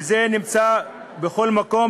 וזה נמצא בכל מקום,